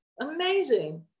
amazing